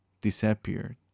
disappeared